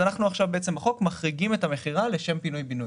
לכן אנחנו עכשיו בחוק מחריגים את המכירה לשם פינוי-בינוי.